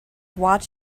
watch